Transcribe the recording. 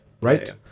right